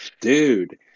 Dude